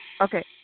Okay